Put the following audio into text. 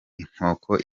inkoko